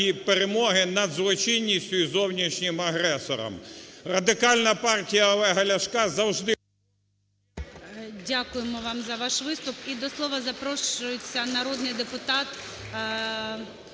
Дякую вам за ваш виступ.